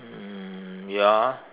um ya